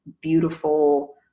beautiful